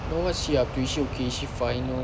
what is she up to is she okay is she fine ke